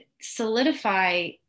solidify